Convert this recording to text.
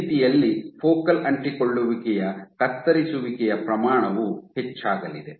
ಆ ರೀತಿಯಲ್ಲಿ ಫೋಕಲ್ ಅಂಟಿಕೊಳ್ಳುವಿಕೆಯ ಕತ್ತರಿಸುವಿಕೆಯ ಪ್ರಮಾಣವು ಹೆಚ್ಚಾಗಲಿದೆ